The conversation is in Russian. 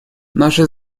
наши